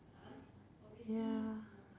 ya